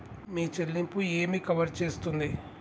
మీ చెల్లింపు ఏమి కవర్ చేస్తుంది?